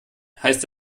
heißt